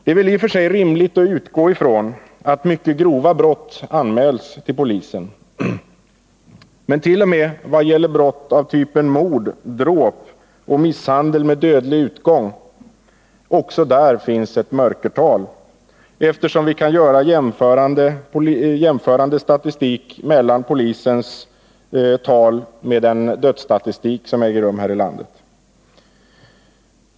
Det är väli och för sig rimligt att utgå från att mycket grova brott anmäls till polisen. Men vi vet att det t.o.m. vad gäller brott av typen mord, dråp och misshandel med dödlig utgång finns ett mörkertal, eftersom vi kan jämföra polisstatistiken med dödsstatistiken.